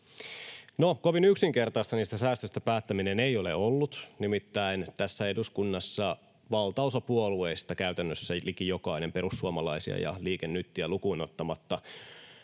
kovin yksinkertaista niistä säästöistä päättäminen ei ole ollut, nimittäin tässä eduskunnassa valtaosa puolueista, käytännössä liki jokainen perussuomalaisia ja Liike Nytiä lukuun ottamatta,